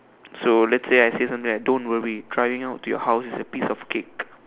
so let's say I say something like don't worry driving out to your house is a piece of cake